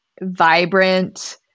Vibrant